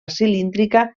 cilíndrica